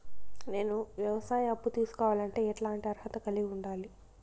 నేను వ్యవసాయ అప్పు తీసుకోవాలంటే ఎట్లాంటి అర్హత కలిగి ఉండాలి?